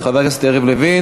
של חבר הכנסת לוין,